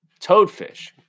Toadfish